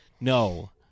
No